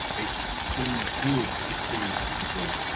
it's been good to see people